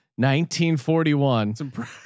1941